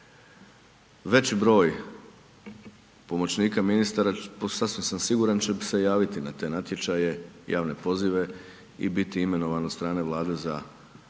Veći broj pomoćnika ministara sasvim sam siguran će se javiti na te natječaje, javne pozive i biti imenovani od strane Vlade za